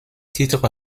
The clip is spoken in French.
titre